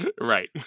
Right